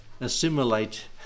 assimilate